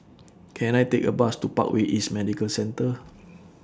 Can I Take A Bus to Parkway East Medical Centre